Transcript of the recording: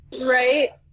right